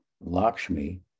Lakshmi